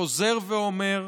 חוזר ואומר,